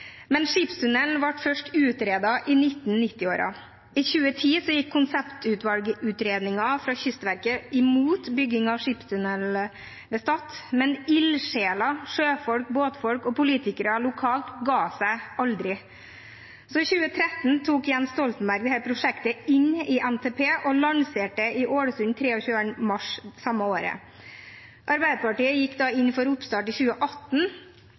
Men skipstunnelen ble først utredet i 1990-årene. I 2010 gikk konseptvalgutredningen fra Kystverket imot bygging av skipstunnel ved Stad, men ildsjeler – sjøfolk, båtfolk og politikere lokalt – ga seg aldri. Så i 2013 tok Jens Stoltenberg dette prosjektet inn i NTP og lanserte det i Ålesund 23. mars samme år. Arbeiderpartiet gikk da inn for oppstart i 2018,